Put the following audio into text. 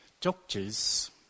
Doctors